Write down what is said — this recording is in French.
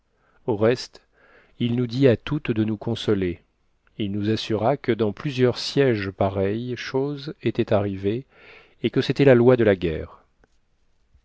au reste il nous dit à toutes de nous consoler il nous assura que dans plusieurs sièges pareille chose était arrivée et que c'était la loi de la guerre